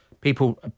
People